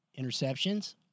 interceptions